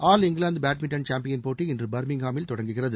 all England badminton champion போட்டி இன்று பர்மிங்காமில் தொடங்குகிறது